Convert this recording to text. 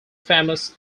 famous